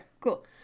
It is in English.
cool